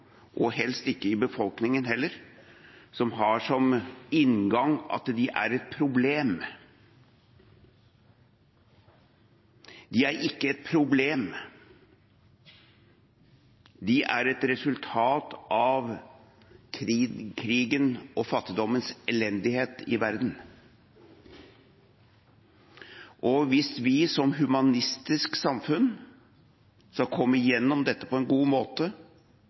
og helst ikke i befolkningen heller – som har som inngang at de er et problem. De er ikke et problem, de er et resultat av krigen og fattigdommens elendighet i verden. Hvis vi som humanistisk samfunn skal komme igjennom dette på en god måte,